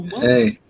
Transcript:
Hey